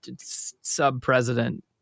sub-president